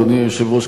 אדוני היושב-ראש,